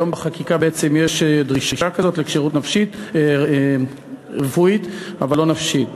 היום יש בחקיקה דרישה לכשירות רפואית אבל לא נפשית,